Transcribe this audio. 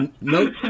No